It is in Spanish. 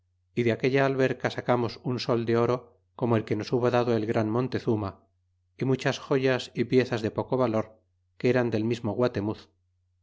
y de aquella alberca sacamos un sol de oro como el que nos hubo dado el gran montezuma y muchas joyas y piezas de poco valor que eran del mismo guatemuz